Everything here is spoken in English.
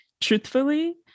truthfully